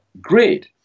grid